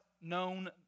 known